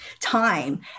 time